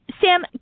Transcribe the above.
Sam